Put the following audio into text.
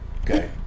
Okay